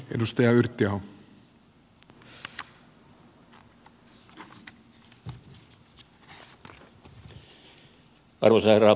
arvoisa herra puhemies